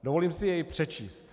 Dovolím si jej přečíst.